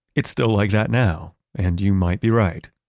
it's still like that now. and you might be right,